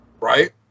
right